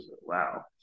Wow